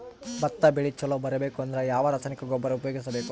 ಭತ್ತ ಬೆಳಿ ಚಲೋ ಬರಬೇಕು ಅಂದ್ರ ಯಾವ ರಾಸಾಯನಿಕ ಗೊಬ್ಬರ ಉಪಯೋಗಿಸ ಬೇಕು?